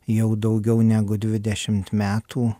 jau daugiau negu dvidešimt metų